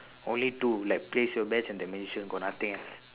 only two like place your bets and the magician got nothing else